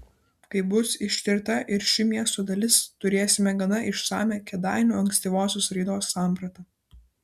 kai bus ištirta ir ši miesto dalis turėsime gana išsamią kėdainių ankstyvosios raidos sampratą